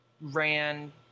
ran